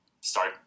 start